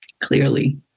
Clearly